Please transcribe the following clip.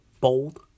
Bold